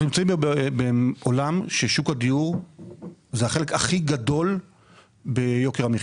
אנחנו נמצאים בעולם ששוק הדיור זה החלק הכי גדול ביוקר המחייה.